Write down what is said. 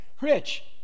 Rich